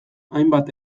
hainbat